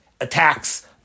attacks